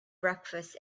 breakfast